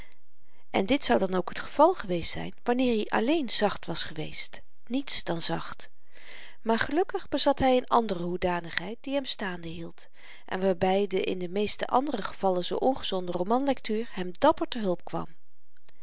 en dit zou dan ook t geval geweest zyn wanneer i alleen zacht was geweest niets dan zacht maar gelukkig bezat hy n andere hoedanigheid die hem staande hield en waarby de in de meeste andere gevallen zoo ongezonde romanlektuur hem dapper te hulp kwam